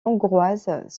hongroises